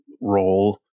role